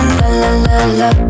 la-la-la-la